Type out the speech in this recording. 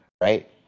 right